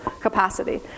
capacity